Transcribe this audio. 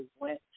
went